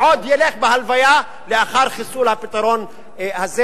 והוא עוד ילך בהלוויה לאחר חיסול הפתרון הזה,